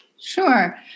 sure